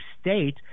state